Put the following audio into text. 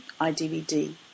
iDVD